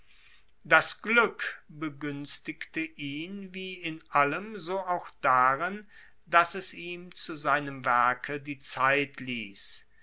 das glueck beguenstigte ihn wie in allem so auch darin dass es ihm zu seinem werke die zeit liess